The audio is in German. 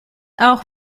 auch